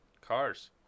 Cars